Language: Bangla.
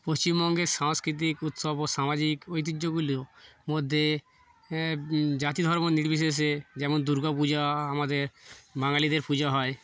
পশ্চিমবঙ্গের সাংস্কৃতিক উৎসব ও সামাজিক ঐতিহ্যগুলির মধ্যে জাতি ধর্ম নির্বিশেষে যেমন দুর্গাপূজা আমাদের বাঙালিদের পূজা হয়